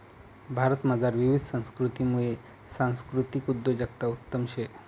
भारतमझार विविध संस्कृतीसमुये सांस्कृतिक उद्योजकता उत्तम शे